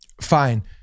Fine